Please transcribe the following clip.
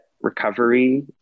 recovery